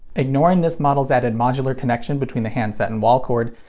ignoring this model's added modular connection between the handset and wall cord,